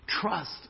trust